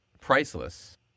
Priceless